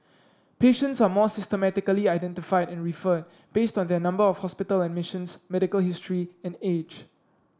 patients are more systematically identified and referred based on their number of hospital admissions medical history and age